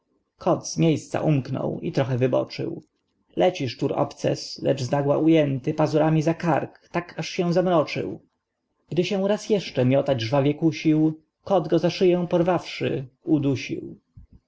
kot z miejsca umknął i trochę wyboczył leci szczur obces lecz znagła ujęty pazurmi za kark tak aż się zamroczył gdy się raz jeszcze miotać żwawie kusił kot go za szyję porwawszy udusił